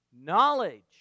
knowledge